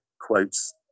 quotes